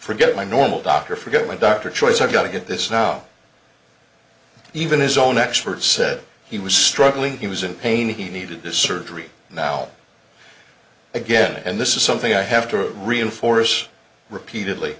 forget my normal doctor forget my doctor choice i've got to get this no even his own experts said he was struggling he was in pain he needed the surgery now again and this is something i have to reinforce repeatedly